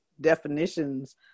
definitions